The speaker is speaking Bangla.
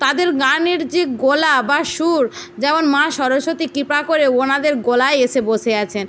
তাদের গানের যে গলা বা সুর যেমন মা সরস্বতী কৃপা করে ওনাদের গলায় এসে বসে আছেন